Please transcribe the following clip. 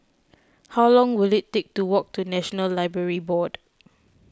how long will it take to walk to National Library Board